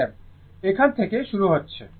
I এখান থেকে শুরু হচ্ছে